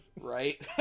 Right